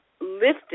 lifted